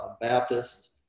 Baptist